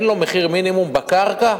אין לו מחיר מינימום בקרקע,